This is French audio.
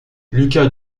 lucas